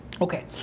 Okay